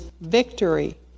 victory